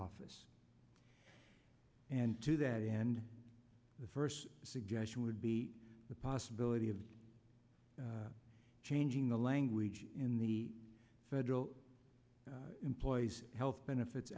office and to that end the first suggestion would be the possibility of changing the language in the federal employees health benefits